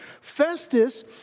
Festus